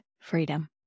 freedom